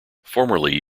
formerly